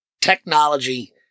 Technology